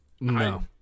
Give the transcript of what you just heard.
no